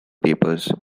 papers